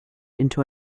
into